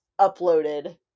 uploaded